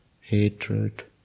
hatred